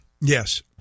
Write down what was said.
Yes